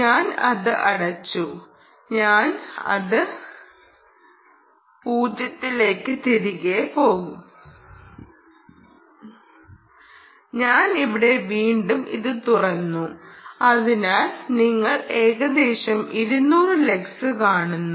ഞാൻ അത് അടച്ചു ഞാൻ ഇവിടെ വീണ്ടും തുറക്കുന്നു അതിനാൽ നിങ്ങൾ ഏകദേശം 200 ലക്സ് കാണുന്നു